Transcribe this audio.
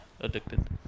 Addicted